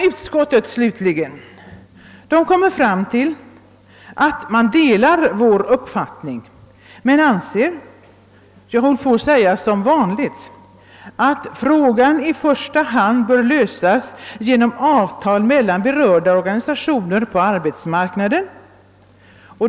Utskottet slutligen kommer fram till att det delar vår uppfattning men anser — som vanligt, höll jag på att säga — att frågan i första hand bör lösas genom avtal mellan berörda organisationer på arbetsmarknaden.